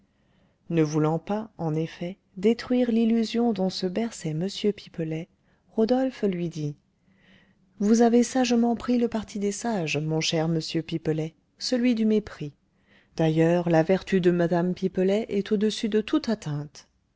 ne voulant pas en effet détruire l'illusion dont se berçait m pipelet rodolphe lui dit vous avez sagement pris le parti des sages mon cher monsieur pipelet celui du mépris d'ailleurs la vertu de mme pipelet est au-dessus de toute atteinte